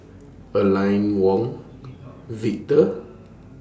Aline Wong Victor